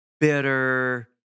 bitter